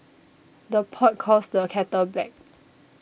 the pot calls the kettle black